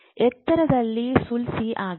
ಎತ್ತರದಲಿ ಸುಲ್ಸಿ ಆಗಿದೆ